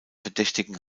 verdächtigen